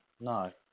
no